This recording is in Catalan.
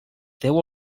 deu